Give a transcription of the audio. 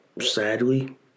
sadly